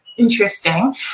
Interesting